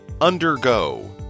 Undergo